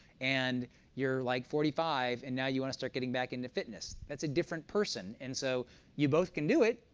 and you're like forty five, and now you want to start getting back into fitness. that's a different person, and so you both can do it,